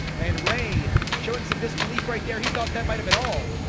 and ray showing some disbelief right there, he thought that might have been all